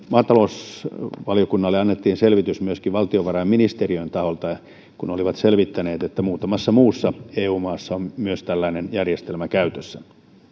maatalousvaliokunnalle annettiin selvitys valtiovarainministeriön taholta kun he olivat selvittäneet että myös muutamassa muussa eu maassa on tällainen järjestelmä käytössä